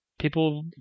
People